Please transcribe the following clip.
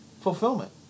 fulfillment